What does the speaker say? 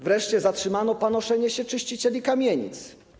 Wreszcie zatrzymano panoszenie się czyścicieli kamienic.